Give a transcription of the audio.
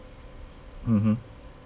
mmhmm